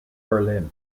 berlin